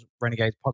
Renegades